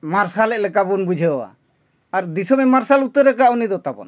ᱢᱟᱨᱥᱟᱞᱮᱫ ᱞᱮᱠᱟᱵᱚᱱ ᱵᱩᱡᱷᱟᱹᱣᱟ ᱟᱨ ᱫᱤᱥᱚᱢᱮ ᱢᱟᱨᱥᱟᱞ ᱩᱛᱟᱹᱨ ᱠᱟᱜᱼᱟ ᱩᱱᱤ ᱫᱚ ᱛᱟᱵᱚᱱ